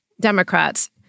Democrats